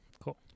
Cool